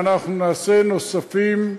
ואנחנו נעשה נוספים.